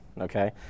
okay